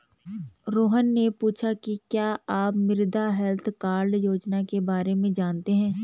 रोहन ने पूछा कि क्या आप मृदा हैल्थ कार्ड योजना के बारे में जानते हैं?